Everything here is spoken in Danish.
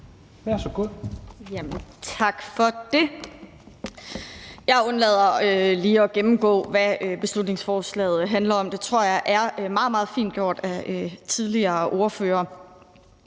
er så godt